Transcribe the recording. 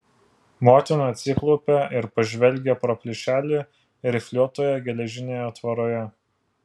motina atsiklaupė ir pažvelgė pro plyšelį rifliuotoje geležinėje tvoroje